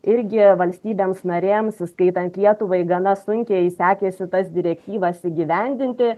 irgi valstybėms narėms įskaitant lietuvai gana sunkiai sekėsi tas direktyvas įgyvendinti